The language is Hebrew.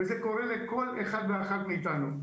וזה קורה לכל אחד ואחת מאתנו.